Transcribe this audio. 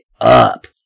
up